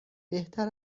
بهتر